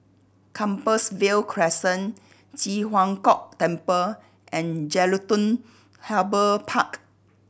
Compassvale Crescent Ji Huang Kok Temple and Jelutung Harbour Park